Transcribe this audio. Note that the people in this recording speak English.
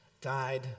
died